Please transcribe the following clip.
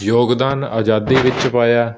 ਯੋਗਦਾਨ ਆਜ਼ਾਦੀ ਵਿੱਚ ਪਾਇਆ